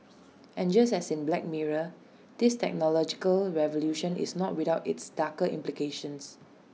and just as in black mirror this technological revolution is not without its darker implications